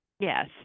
Yes